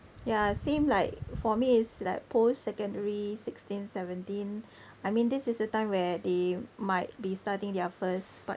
ya same like for me is like post secondary sixteen seventeen I mean this is the time where they might be starting their first part